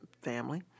family—